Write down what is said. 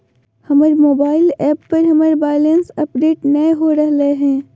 हमर mobile app पर हमर बैलेंस अपडेट नय हो रहलय हें